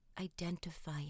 identify